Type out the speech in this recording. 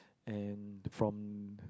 and from